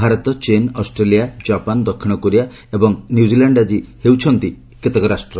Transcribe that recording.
ଭାରତ ଚୀନ Australia Japan ଦକ୍ଷିଣ Korea ଏବଂ ନିଉକିଲାଣ୍ଡ ଆଦି ହେଉଛନ୍ତି ଏହିଭଳି କେତେକ ରାଷ୍ଟ୍ର